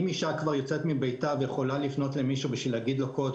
אם אישה כבר יוצאת מביתה ויכולה לפנות למישהו כדי להגיד לו קוד,